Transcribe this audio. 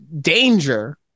danger